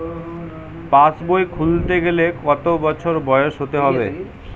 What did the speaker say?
পাশবই খুলতে গেলে কত বছর বয়স হতে হবে?